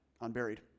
unburied